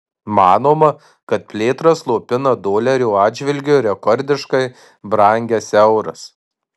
manoma kad plėtrą slopina dolerio atžvilgiu rekordiškai brangęs euras